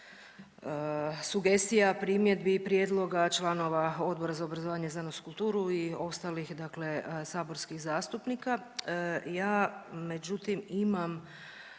sugestija, primjedbi i prijedloga članova Odbora za obrazovanje, znanost i kulturu i ostalih dakle saborskih zastupnika. Ja međutim imam